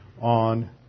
on